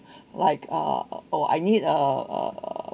like uh or I need uh uh